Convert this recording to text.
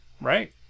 Right